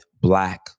black